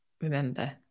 remember